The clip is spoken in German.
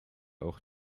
auch